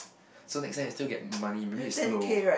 so next time you still get money maybe it's slow